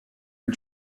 and